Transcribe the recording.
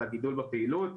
הגידול בפעילות,